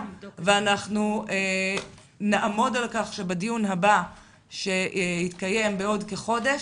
ואנחנו נעמוד על כך שבדיון הבא שיתקיים בעוד כחודש,